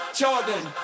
jordan